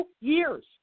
years